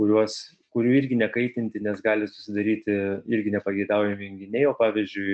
kuriuos kurių irgi nekaitinti nes gali susidaryti irgi nepageidaujami junginiai o pavyzdžiui